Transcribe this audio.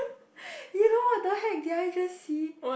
you know what the heck did I just see